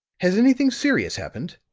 has anything serious happened?